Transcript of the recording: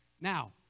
Now